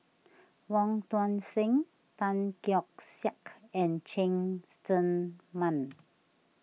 Wong Tuang Seng Tan Keong Saik and Cheng Tsang Man